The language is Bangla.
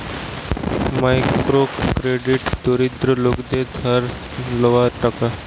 মাইক্রো ক্রেডিট দরিদ্র লোকদের ধার লেওয়া টাকা